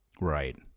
Right